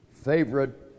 Favorite